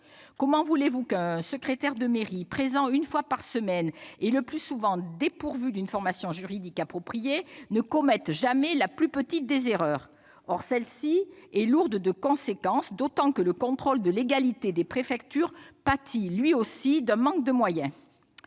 Comment voulez-vous qu'un secrétaire de mairie, présent une fois par semaine et le plus souvent dépourvu d'une formation juridique appropriée, ne commette jamais la plus petite des erreurs ? Or celle-ci peut être lourde de conséquences, d'autant que le contrôle de légalité des préfectures pâtit, lui aussi, d'un manque de moyens.